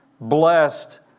blessed